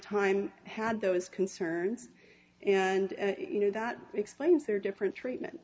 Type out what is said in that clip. time had those concerns and you know that explains their different treatment